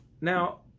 Now